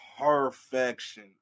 perfection